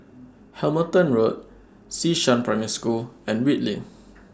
Hamilton Road Xishan Primary School and Whitley